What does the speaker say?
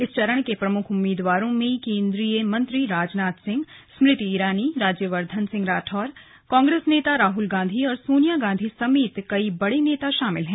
इस चरण के प्रमुख उम्मीदवारों में केंद्रीय मंत्री राजनाथ सिंह स्मृति ईरानी राज्यवर्द्धन राठौर कांग्रेस नेता राहुल गांधी सोनिया गांधी समेत कई बड़े नेता शामिल हैं